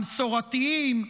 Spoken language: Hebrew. המסורתיים,